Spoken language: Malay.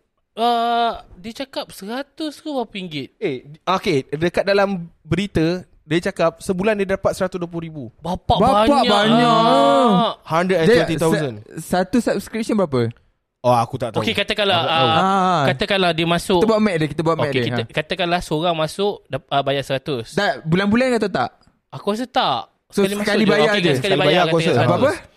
Uh, dia cakap 100 ke berapa ringgit? Eh, di- okey, dekat dalam berita, dia cakap sebulan dia dapat 120,000. Bapak Bapak banyak. banyak. Ah. 120,000. Dia sa- satu subscription berapa? Oh, aku tak tahu. Okey, katakanlah, Aku tak tahu. uh, Ah. katakanlah dia masuk. Kita buat mac dia, kita buat mac Okey, dia. kita- Ha. katakanlah seorang masuk, dap- uh, bayar 100. Dah, bulan-bulan atau tak? Aku rasa tak. So, Sekali masuk Sekali je. bayar Okey, je. sekali sekali bayar, bayar aku katakan rasa. Berapa? 100.